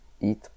eat